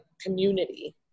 community